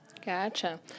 Gotcha